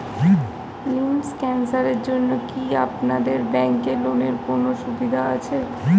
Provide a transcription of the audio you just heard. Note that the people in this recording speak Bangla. লিম্ফ ক্যানসারের জন্য কি আপনাদের ব্যঙ্কে লোনের কোনও সুবিধা আছে?